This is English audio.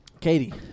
Katie